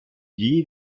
дії